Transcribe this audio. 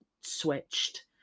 switched